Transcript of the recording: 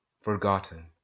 forgotten